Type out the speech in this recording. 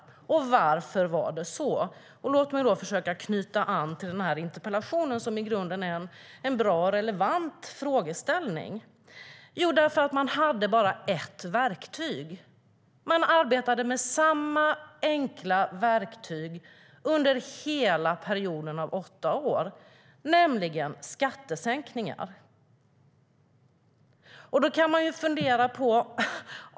Varför var det så? Svaret är att man bara hade ett verktyg. Man arbetade med samma enkla verktyg under hela perioden på åtta år, nämligen skattesänkningar.